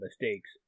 mistakes